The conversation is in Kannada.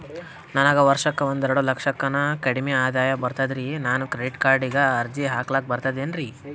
ನನಗ ವರ್ಷಕ್ಕ ಒಂದೆರಡು ಲಕ್ಷಕ್ಕನ ಕಡಿಮಿ ಆದಾಯ ಬರ್ತದ್ರಿ ನಾನು ಕ್ರೆಡಿಟ್ ಕಾರ್ಡೀಗ ಅರ್ಜಿ ಹಾಕ್ಲಕ ಬರ್ತದೇನ್ರಿ?